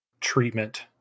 treatment